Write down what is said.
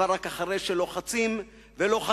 אבל רק אחרי שלוחצים ולוחצים,